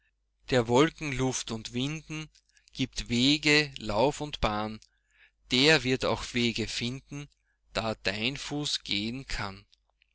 der wolken luft und winden gibt wege lauf und bahn der wird auch wege finden da dein fuß gehen kann